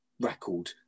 record